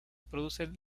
producen